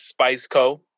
Spiceco